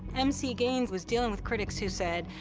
m c. gaines was dealing with critics who said,